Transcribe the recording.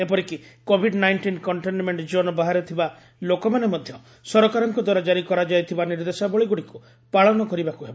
ଏପରିକି Covid nineteen containment zone ବାହାରେ ଥିବା ଲୋକମାନେ ମଧ୍ୟ ସରକାରଙ୍କଦ୍ୱାରା ଜାରି କରାଯାଇଥିବା ନିର୍ଦ୍ଦେଶାବଳୀଗୁଡ଼ିକୁ ପାଳନ କରିବାକୁ ହେବ